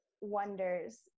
wonders